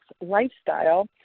lifestyle